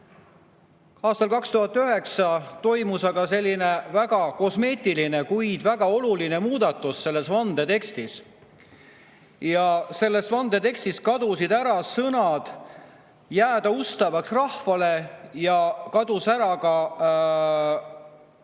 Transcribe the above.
ka pole, toimus aastal 2009 kosmeetiline, kuid väga oluline muudatus selles vandetekstis. Sellest vandetekstist kadusid ära sõnad "jääda ustavaks rahvale" ja kadus ära ka [sõna]